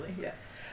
yes